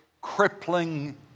crippling